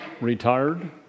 retired